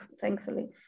thankfully